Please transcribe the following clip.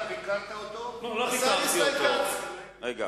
זה מראה את עולמו הפנימי.